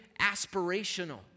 aspirational